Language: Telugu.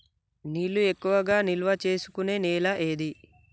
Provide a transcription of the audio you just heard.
నీళ్లు ఎక్కువగా నిల్వ చేసుకునే నేల ఏది?